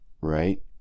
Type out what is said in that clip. right